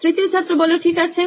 তৃতীয় ছাত্র ঠিক আছে